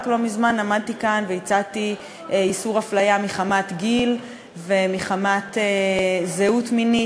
רק לא מזמן עמדתי כאן והצעתי איסור הפליה מחמת גיל ומחמת זהות מינית,